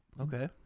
Okay